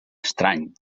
estrany